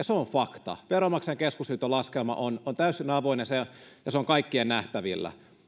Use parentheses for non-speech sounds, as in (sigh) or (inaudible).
(unintelligible) se on fakta veronmaksajain keskusliiton laskelma on on täysin avoin ja se on kaikkien nähtävillä